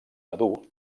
madur